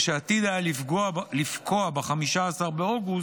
שעתיד היה לפקוע ב-15 באוגוסט,